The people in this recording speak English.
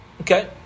Okay